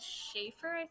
Schaefer